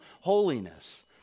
holiness